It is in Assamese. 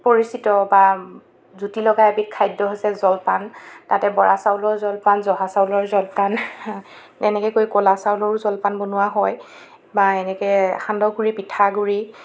পৰিচিত বা জুতি লগা এবিধ খাদ্য হৈছে জলপান তাতে বৰা চাউলৰ জলপান জহা চাউলৰ জলপান এনেকৈ কৰি কলা চাউলৰো জলপান বনোৱা হয় বা এনেকৈ সান্দহগুড়ি পিঠাগুড়ি